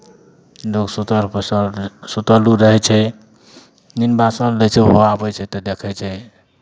लोक सूतल बैसल रहै सूतल ओ रहै छै नहि बैसल रहै छै ओहो आबै छै तऽ देखै छै